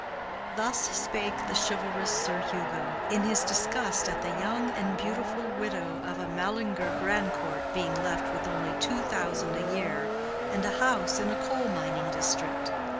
thus spake the chivalrous sir hugo, in his disgust at the young and beautiful widow of a mallinger grandcourt being left with only two thousand a year and a house in a coal-mining district.